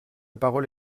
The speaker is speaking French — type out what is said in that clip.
parole